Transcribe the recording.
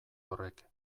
horrek